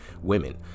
women